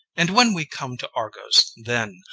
and when we come to argos, then.